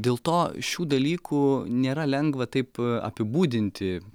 dėl to šių dalykų nėra lengva taip apibūdinti